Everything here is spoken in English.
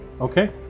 Okay